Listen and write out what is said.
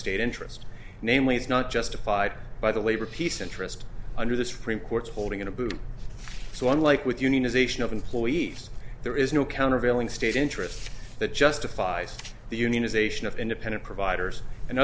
state interest namely is not justified by the labor peace interest under the supreme court's holding on to so unlike with unionization of employees there is no countervailing state interest that justifies the unionization of independent providers and